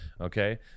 Okay